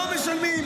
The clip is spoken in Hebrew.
לא משלמים.